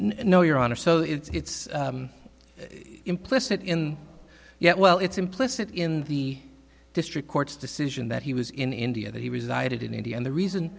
no your honor so it's implicit in yeah well it's implicit in the district court's decision that he was in india that he resigned in india and the reason